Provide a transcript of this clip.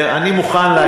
אני מוכן להקשיב,